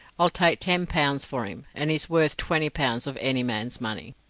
i'll take ten pounds for him, and he's worth twenty pounds of any man's money.